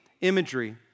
imagery